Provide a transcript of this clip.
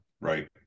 Right